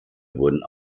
wurden